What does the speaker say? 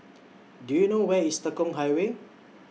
Do YOU know Where IS Tekong Highway